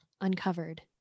uncovered